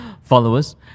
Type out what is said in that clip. followers